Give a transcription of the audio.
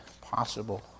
possible